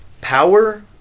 power